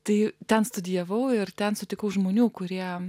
tai ten studijavau ir ten sutikau žmonių kurie